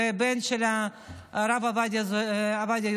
והבן של הרב עובדיה יוסף,